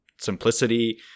Simplicity